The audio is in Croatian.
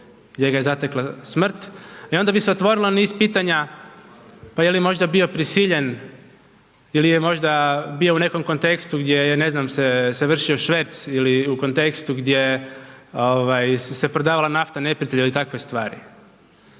gdje ga je zatekla smrt i onda bi se otvorilo niz pitanja, pa je li možda bio prisiljen ili je možda bio u nekom kontekstu gdje je ne znam se vršio šverc ili u kontekstu gdje ovaj se prodavala nafta neprijatelju ili takve stvari.